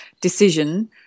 decision